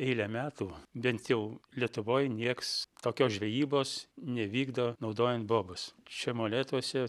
eilę metų bent jau lietuvoj nieks tokios žvejybos nevykdo naudojant bobas čia molėtuose